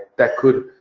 that could